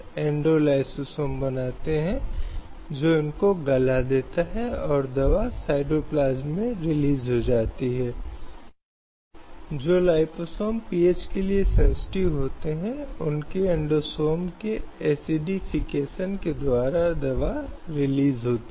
हालाँकि इस तरह के एक तर्क को अदालत ने स्वीकार नहीं किया क्योंकि अदालत ने कहा कि यह एक अनुचित प्रतिबंध का एक प्रकार होगा या आप एक प्रकार का भेदभाव और एक प्रकार का भेदभाव जानते हैं जो इन श्रेणियों के होटलों के बीच बनाया जा रहा है